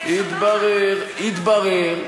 התברר, התברר,